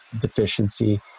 deficiency